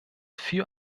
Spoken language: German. für